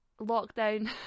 lockdown